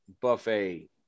buffet